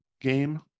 game